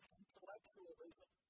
intellectualism